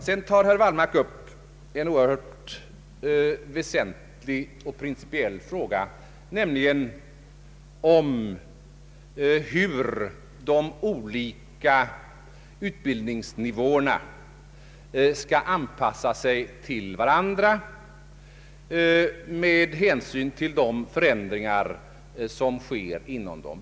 Sedan tog herr Wallmark upp en oerhört väsentlig principiell fråga, nämligen om hur de olika utbildningsnivåerna skall anpassas till varandra med hänsyn till de förändringar som sker inom dem.